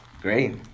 Great